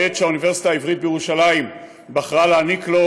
בעת שהאוניברסיטה העברית בירושלים בחרה לתת לו,